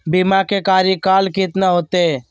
बीमा के कार्यकाल कितना होते?